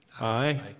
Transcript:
Aye